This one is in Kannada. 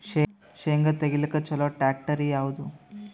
ಶೇಂಗಾ ತೆಗಿಲಿಕ್ಕ ಚಲೋ ಟ್ಯಾಕ್ಟರಿ ಯಾವಾದು?